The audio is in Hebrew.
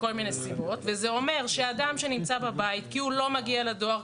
מכל מיני סיבות וזה אומר שאדם שנמצא בבית כי הוא לא מגיע לדואר,